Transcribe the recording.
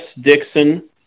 Dixon